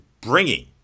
bringing